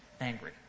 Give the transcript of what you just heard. angry